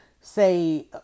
say